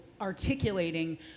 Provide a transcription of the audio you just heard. Articulating